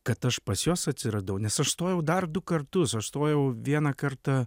kad aš pas juos atsiradau nes aš stojau dar du kartus aš stojau vieną kartą